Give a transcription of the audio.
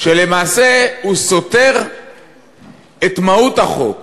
שלמעשה סותר את מהות החוק.